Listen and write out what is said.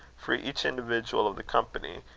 for each individual of the company,